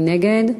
מי נגד?